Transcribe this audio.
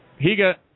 Higa